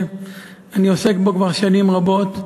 ואני עוסק בו כבר שנים רבות,